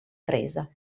presa